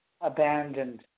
abandoned